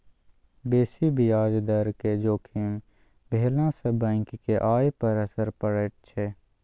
बेसी ब्याज दरक जोखिम भेलासँ बैंकक आय पर असर पड़ैत छै